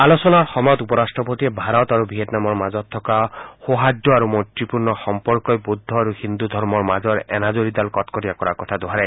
আলোচনাৰ সময়ত উপ ৰাট্টপতিয়ে ভাৰত আৰু ভিয়েটনামৰ মাজত থকা সোহাৰ্দ্য আৰু মৈত্ৰীপূৰ্ণ সম্পৰ্কই বৌদ্ধ আৰু হিন্দু ধৰ্মৰ মাজৰ এনাজৰীডাল কটকটীয়া কৰাৰ কথা দোহাৰে